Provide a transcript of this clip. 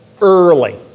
early